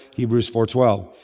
hebrews four twelve.